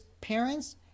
parents